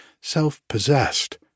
self-possessed